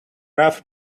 rough